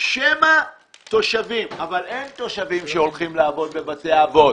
אבל אין תושבים שהולכים לעבוד בבתי האבות